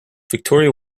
victoria